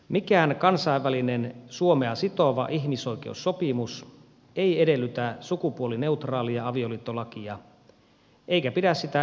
mikään kansainvälinen suomea sitova ihmisoikeussopimus ei edellytä sukupuolineutraalia avioliittolakia eikä pidä sitä ihmisoikeuskysymyksenä